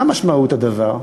מה משמעות הדבר?